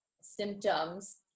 symptoms